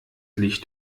licht